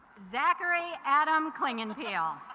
zachary adam klingon peel